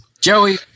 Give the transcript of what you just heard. Joey